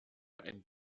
ein